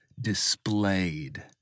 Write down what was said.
displayed